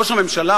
ראש הממשלה,